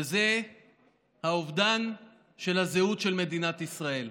וזה אובדן הזהות של מדינת ישראל.